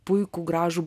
puikų gražų